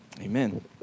Amen